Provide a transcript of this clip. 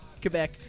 Quebec